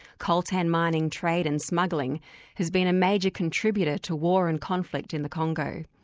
coltan mining, trade and smuggling has been a major contributor to war and conflict in the congo,